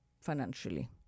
financially